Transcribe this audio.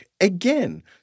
again